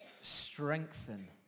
strengthen